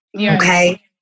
Okay